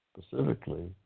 specifically